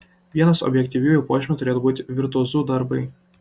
vienas objektyviųjų požymių turėtų būti virtuozų darbai